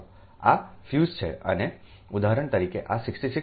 આ ફ્યુઝ છેઅને ઉદાહરણ તરીકે આ 6611kV છે